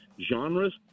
genres